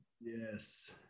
yes